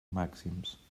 màxims